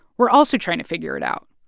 were also trying to figure it out.